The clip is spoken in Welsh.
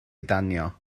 danio